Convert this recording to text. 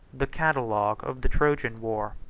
the catalogue of the trojan war.